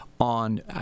on